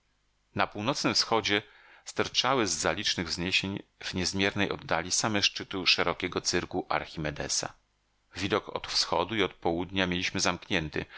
na północnym wschodzie sterczały z za licznych wzniesień w niezmiernej oddali same szczyty szerokiego cyrku archimedesa widok od wschodu i od południa mieliśmy zamknięty